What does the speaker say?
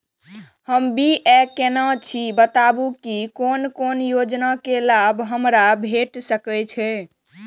हम बी.ए केनै छी बताबु की कोन कोन योजना के लाभ हमरा भेट सकै ये?